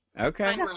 Okay